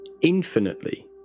infinitely